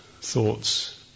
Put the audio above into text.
thoughts